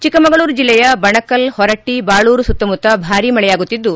ಚಿಕ್ಕಮಗಳೂರು ಜಿಲ್ಲೆಯ ಬಣಕಲ್ ಹೊರಟ್ಟ ಬಾಳೂರು ಸುತ್ತಮುತ್ತ ಭಾರೀ ಮಳೆಯಾಗುತ್ತಿದ್ದು